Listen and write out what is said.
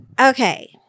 Okay